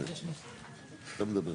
במהלך השנים, דרך אגב,